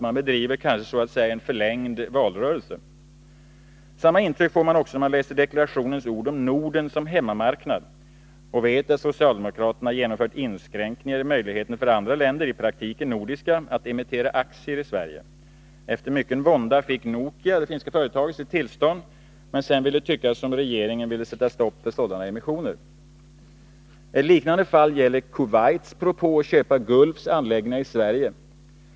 Den bedriver kanske en så att säga förlängd valrörelse. Samma intryck får man när man läser deklarationens ord om Norden som hemmamarknad och vet att socialdemokraterna gjort inskränkningar i möjligheten för andra länder — i praktiken nordiska — att emittera aktier i Sverige. Efter mycken vånda fick Nokia — det finska företaget — tillstånd, men sedan tycks regeringen vilja sätta stopp för sådana emissioner. Ett liknande fall gäller Kuwaits propå att köpa Gulfs anläggningar i Sverige.